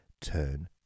turn